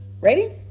Ready